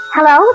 Hello